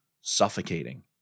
suffocating